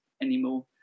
anymore